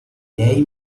lei